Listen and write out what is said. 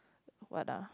what ah